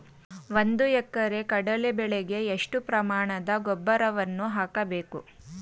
ಒಂದು ಎಕರೆ ಕಡಲೆ ಬೆಳೆಗೆ ಎಷ್ಟು ಪ್ರಮಾಣದ ಗೊಬ್ಬರವನ್ನು ಹಾಕಬೇಕು?